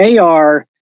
AR